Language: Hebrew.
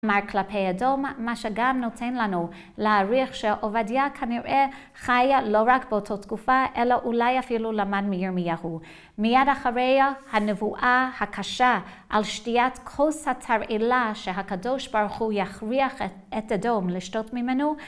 כלומר כלפי אדום, מה שגם נותן לנו להאריך שהעובדיה כנראה חיה לא רק באותו תקופה אלא אולי אפילו למען מירמיהו. מיד אחריה הנבואה הקשה על שתיית כוס התרעילה שהקדוש ברוך הוא יכריח את אדום לשתות ממנו